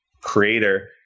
creator